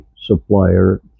supplier